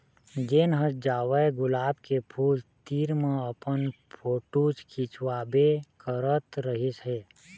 जेन ह जावय गुलाब के फूल तीर म अपन फोटू खिंचवाबे करत रहिस हे